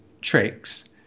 tricks